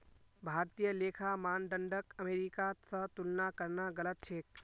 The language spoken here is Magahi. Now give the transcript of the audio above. भारतीय लेखा मानदंडक अमेरिका स तुलना करना गलत छेक